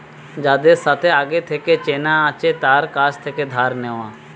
যাদের সাথে আগে থেকে চেনা আছে তার কাছ থেকে ধার নেওয়া